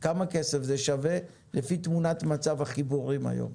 כמה כסף זה שווה לפי תמונת מצב החיבורים היום.